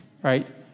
Right